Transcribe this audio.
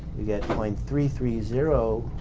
we get point three three zero